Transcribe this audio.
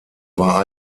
war